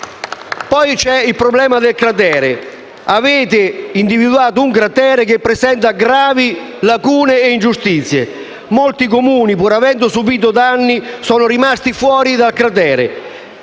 Poi c'è il problema del cratere: avete individuato un cratere che presenta gravi lacune e ingiustizie. Molti Comuni, pur avendo subito danni, sono rimasti fuori dal cratere.